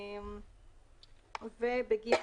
ב-(ג3)